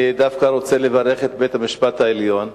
אני דווקא רוצה לברך את בית-המשפט העליון,